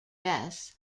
bess